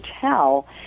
tell